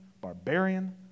barbarian